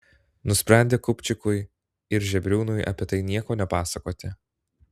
nusprendė kupčikui ir žebriūnui apie tai nieko nepasakoti